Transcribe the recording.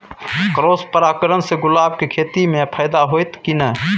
Cross परागण से गुलाब के खेती म फायदा होयत की नय?